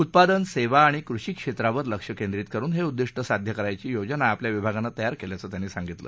उत्पादन सेवा आणि कृषी क्षेत्रावर लक्ष केंद्रीत करुन हे उद्दिष्ट साध्य करायची योजना आपल्या विभागानं तयार केल्याचं त्यांनी सांगितलं